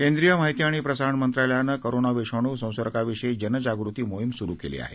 केंद्रीय माहिती आणि प्रसारण मंत्रालयानं कोरोना विषाणू संसर्गाविषयी जनजागृती मोहीम सुरू केली आहे